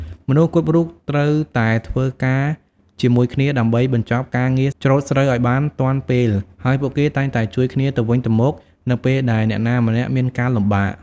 មនុស្សគ្រប់រូបត្រូវតែធ្វើការជាមួយគ្នាដើម្បីបញ្ចប់ការងារច្រូតស្រូវឱ្យបានទាន់ពេល ហើយពួកគេតែងតែជួយគ្នាទៅវិញទៅមកនៅពេលដែលអ្នកណាម្នាក់មានការលំបាក។